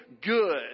good